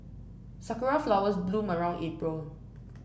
sakura flowers bloom around April